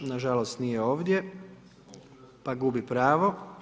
Nažalost nije ovdje pa gubi pravo.